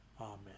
Amen